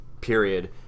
period